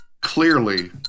clearly